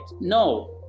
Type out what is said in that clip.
No